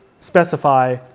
specify